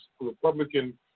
Republican